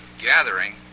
gathering